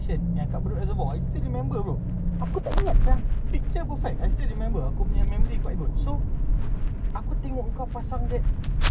kita suka use all that tools tools yang kecil kecil tu jadi aku tengok tu aku dah terikat macam sia lah aku nak belajar sia pasal barang ini kau tahu aku tak tahu cara pasang then I cannot I need to learn